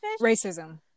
racism